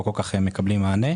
לא כל כך מקבלים מענה.